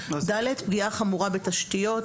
פגיעה חמורה בתשתיות,